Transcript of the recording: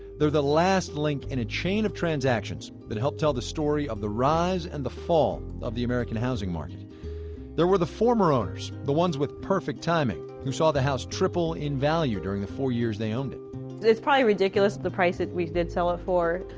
they're the last link in a chain of transactions that help tell the story of the rise and the fall of the american housing market there were the former owners, the ones with perfect timing, who saw the house triple in value during the four years they owned it it's probably ridiculous, the price that we did sell it for.